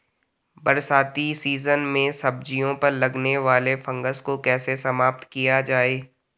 बरसाती सीजन में सब्जियों पर लगने वाले फंगस को कैसे समाप्त किया जाए?